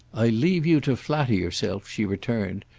i leave you to flatter yourself, she returned,